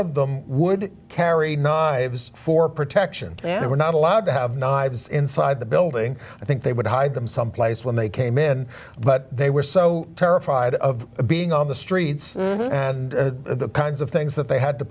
of them would carry knives for protection and were not allowed to have not inside the building i think they would hide them someplace when they came in but they were so terrified of being on the streets and the kinds of things that they had to